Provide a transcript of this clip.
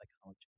psychology